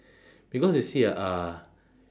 because you see ah uh